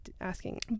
asking